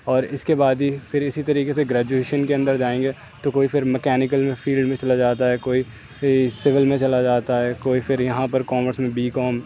اور اس کے بعد ہی پھر اسی طریقے سے گریجویشن کے اندر جائیں گے تو کوئی پھر میکینیکل فیلڈ میں چلا جاتا ہے کوئی سیول میں چلا جاتا ہے کوئی پھر یہاں پر کامرس میں بی کام